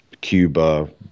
Cuba